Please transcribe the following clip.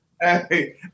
hey